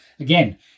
Again